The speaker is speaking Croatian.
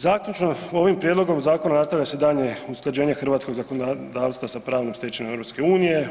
Zaključno, ovim prijedlogom zakona nastavlja se daljnje usklađenje hrvatskog zakonodavstva sa pravnom stečevinom EU.